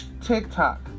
TikTok